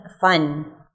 fun